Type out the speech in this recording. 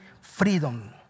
freedom